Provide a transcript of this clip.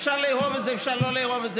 אפשר לאהוב את זה, אפשר לא לאהוב את זה.